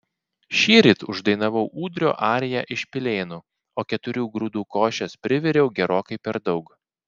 šįryt uždainavau ūdrio ariją iš pilėnų o keturių grūdų košės priviriau gerokai per daug